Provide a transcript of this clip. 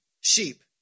sheep